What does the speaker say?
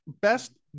best